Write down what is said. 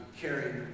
carrying